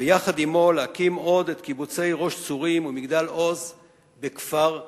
ויחד עמו להקים עוד את הקיבוצים ראש-צורים ומגדל-עוז בגוש-עציון,